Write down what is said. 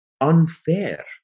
unfair